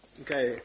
Okay